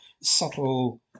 subtle